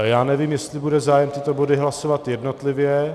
Já nevím, jestli bude zájem tyto body hlasovat jednotlivě.